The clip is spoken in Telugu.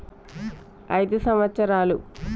అగ్రి బజార్ ఎప్పుడు స్థాపించబడింది?